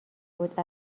بود